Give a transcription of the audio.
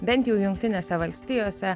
bent jau jungtinėse valstijose